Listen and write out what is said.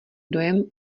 dojem